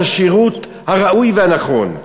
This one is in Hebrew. את השירות הראוי והנכון.